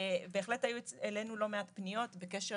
בהחלט היו אלינו לא מעט פניות בקשר